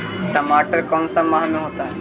टमाटर कौन सा माह में होता है?